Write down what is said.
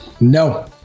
no